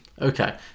Okay